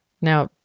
Now